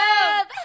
love